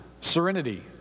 serenity